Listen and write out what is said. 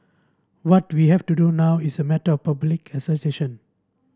what we have to do now is a matter of public assertion